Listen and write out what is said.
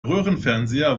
röhrenfernseher